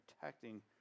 protecting